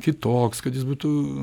kitoks kad jis būtų